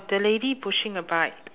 the lady pushing a bike